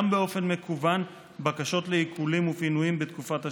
באופן מקוון בקשות לעיקולים ופינויים בתקופת השביתה.